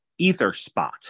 EtherSpot